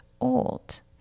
old